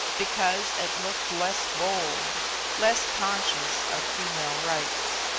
because it looked less bold less conscious of female rights.